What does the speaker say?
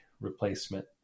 replacement